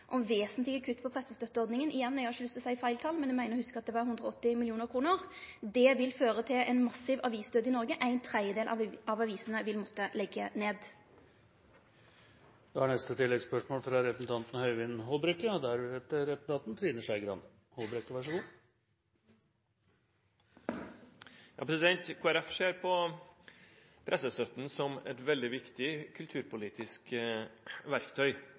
igjen, eg har ikkje lyst til å seie feil tal, men eg meiner å hugse at det var 180 mill. kr. Det vil føre til ein massiv avisdød i Noreg. Ein tredjedel av avisene vil måtte leggje ned. Øyvind Håbrekke – til oppfølgingsspørsmål. Kristelig Folkeparti ser på pressestøtten som et veldig viktig kulturpolitisk verktøy og